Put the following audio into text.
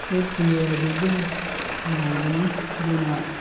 ꯌꯦꯛꯄꯨ ꯌꯦꯛꯂꯗꯤ ꯑꯗꯨꯝ ꯅꯨꯡꯉꯥꯏꯕꯅꯤ ꯑꯗꯨꯅ